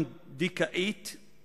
חבר הכנסת אברהים צרצור, בבקשה.